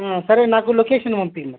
సరే నాకు లొకేషన్ పంపించండి